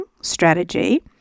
strategy